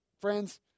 Friends